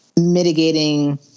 mitigating